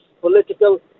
political